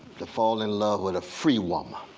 to fall in love with a free woman?